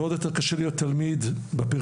ועוד יותר קשה להיות תלמיד בפריפריה.